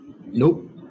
nope